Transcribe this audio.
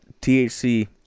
THC